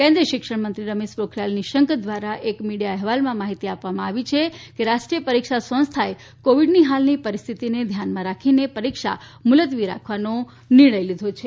કેન્દ્રીય શિક્ષણ મંત્રી રમેશ પોખરીયલ નિશંક દ્વારા એક મીડિયા અહેવાલમાં માહિતી આપવામાં આવી છે કે રાષ્ટ્રીય પરીક્ષા સંસ્થાએ કોવિડની હાલની પરિસ્થિતિને ધ્યાનમાં રાખીને પરીક્ષા મુલતવી રાખવાનો નિર્ણય લીધો છે